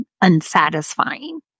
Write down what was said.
unsatisfying